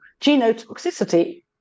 Genotoxicity